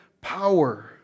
power